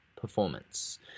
Performance